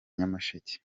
nyamasheke